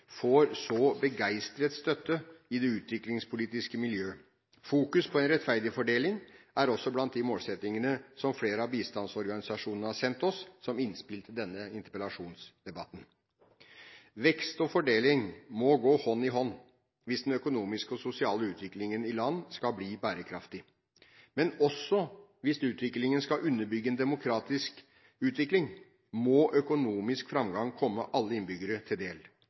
får så entydig støtte i det utviklingspolitiske miljøet. Fokusering på en rettferdig fordeling er også blant de målsettingene som flere av bistandsorganisasjonene har sendt oss som innspill til denne interpellasjonsdebatten. Vekst og fordeling må gå hånd i hånd hvis den økonomiske og sosiale utviklingen i land skal bli bærekraftig. Men hvis den også skal underbygge en demokratisk utvikling, må økonomisk framgang komme alle innbyggere til del.